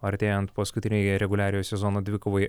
artėjant paskutinei reguliariojo sezono dvikovai